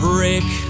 break